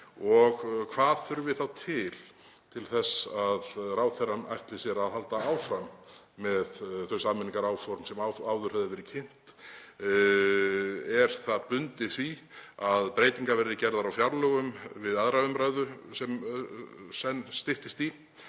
ís. Hvað þarf þá til til þess að ráðherrann ætli sér að halda áfram með þau sameiningaráform sem áður höfðu verið kynnt? Er það bundið því að breytingar verði gerðar á fjárlögum við 2. umræðu sem senn styttist í